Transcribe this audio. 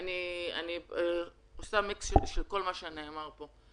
אני עושה מיקס של כל מה שנאמר פה.